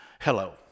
hello